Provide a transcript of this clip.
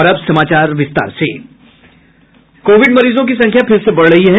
Covid मरीजों की संख्या फिर से बढ़ रही है